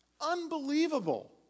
Unbelievable